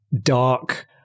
dark